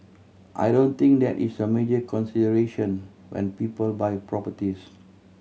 I don't think that is a major consideration when people buy properties